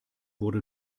wurde